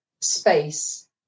space